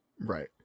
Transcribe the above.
Right